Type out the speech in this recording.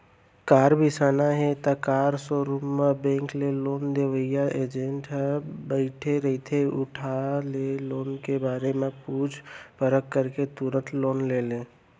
car बिसाना हे त कार सोरूम म बेंक ले लोन देवइया एजेंट ह बइठे रहिथे उहां ले लोन के बारे म पूछ परख करके तुरते लोन ले ले